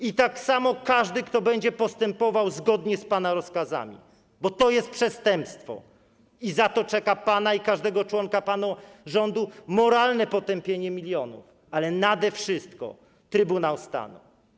I tak samo każdy, kto będzie postępował zgodnie z pana rozkazami, bo to jest przestępstwo i za to czeka pana i każdego członka pana rządu moralne potępienie milionów, ale nade wszystko Trybunał Stanu.